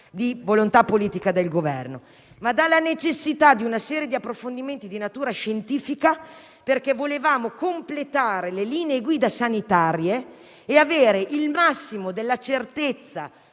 di volontà politica da parte del Governo: è determinato dalla necessità di una serie di approfondimenti di natura scientifica, perché volevamo completare le linee guida sanitarie e avere il massimo della certezza